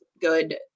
good